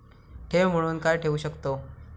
ठेव म्हणून काय ठेवू शकताव?